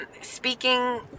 speaking